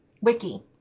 Wiki